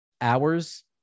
hours